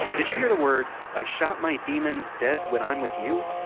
did you hear the words i shot my demons dead when i'm with you?